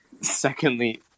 secondly